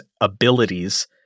abilities